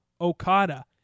Okada